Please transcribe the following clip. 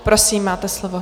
Prosím, máte slovo.